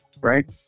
right